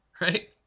right